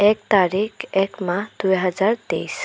এক তাৰিখ একমাহ দুই হাজাৰ তেইছ